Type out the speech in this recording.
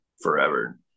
forever